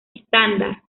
estándar